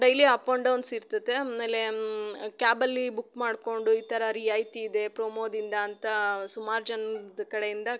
daily ups and downs ಇರ್ತದೆ ಆಮೇಲೇ ಕ್ಯಾಬಲ್ಲಿ ಬುಕ್ ಮಾಡಿಕೊಂಡು ಈ ಥರ ರಿಯಾಯಿತಿ ಇದೆ ಪ್ರೋಮೋದಿಂದ ಅಂತ ಸುಮಾರು ಜನದ ಕಡೆಯಿಂದ